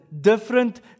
different